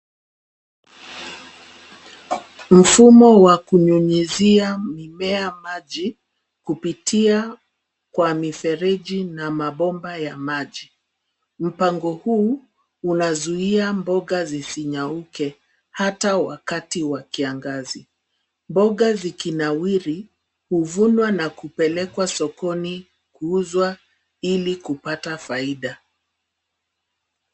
Mfumo wa kunyunyizia mimea maji, kupitia kwa mifereji na mabomba ya maji. Mpango huu unazuia mboga zisinyauke, hata wakati wa kiangazi. Mboga zikinawiri huvunwa na kupelekwa sokoni kuuzwa ili kupata faida.